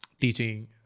teaching